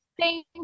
Thank